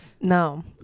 no